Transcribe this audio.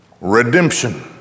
redemption